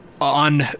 on